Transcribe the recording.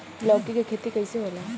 लौकी के खेती कइसे होला?